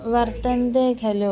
वर्तन्ते खलु